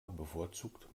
bevorzugt